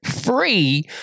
free